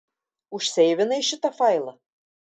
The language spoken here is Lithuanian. užseivinai šitą failą